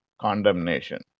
condemnation